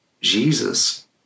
Jesus